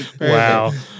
Wow